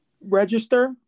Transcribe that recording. Register